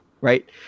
right